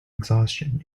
exhaustion